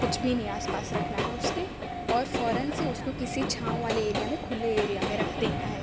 کچھ بھی نہیں آس پاس رکھنا ہے اس کے اور فوراً سے اس کو کسی چھاؤں والے ایریا میں کھلے ایریا میں رکھ دینا ہے